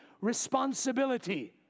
responsibility